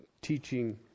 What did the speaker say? teaching